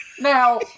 Now